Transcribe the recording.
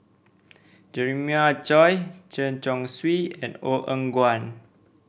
Jeremiah Choy Chen Chong Swee and Ong Eng Guan